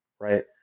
Right